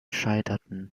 scheiterten